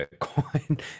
Bitcoin